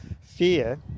fear